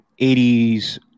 80s